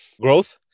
growth